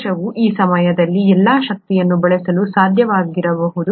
ಕೋಶವು ಆ ಸಮಯದಲ್ಲಿ ಎಲ್ಲಾ ಶಕ್ತಿಯನ್ನು ಬಳಸಲು ಸಾಧ್ಯವಾಗದಿರಬಹುದು